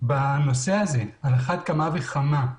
בנושא הזה, על אחת כמה וכמה,